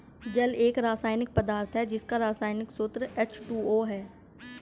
जल एक रसायनिक पदार्थ है जिसका रसायनिक सूत्र एच.टू.ओ है